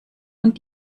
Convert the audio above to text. und